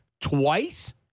twice